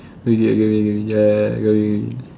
I got what you mean